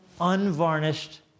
Unvarnished